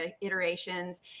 iterations